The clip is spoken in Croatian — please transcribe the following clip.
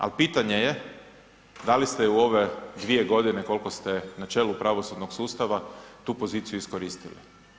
Ali pitanje je da li ste je u ove 2 godine koliko ste na čelu pravosudnog sustava tu poziciju iskoristili.